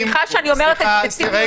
סליחה שאני אומרת את זה בציניות,